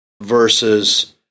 versus